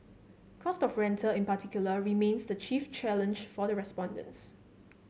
cost of rental in particular remains the chief challenge for the respondents